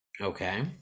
okay